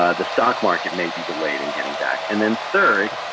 ah the stock market may be delayed in getting back. and then third,